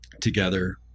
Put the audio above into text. together